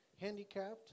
handicapped